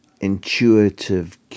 intuitive